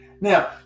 Now